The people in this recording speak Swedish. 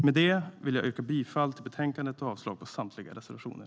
Med det vill jag yrka bifall till utskottets förslag i betänkandet och avslag på samtliga reservationer.